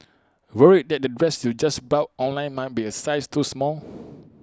worried that the dress you just bought online might be A size too small